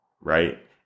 right